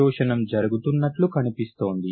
శోషణం జరుగుతున్నట్లు కనిపిస్తోంది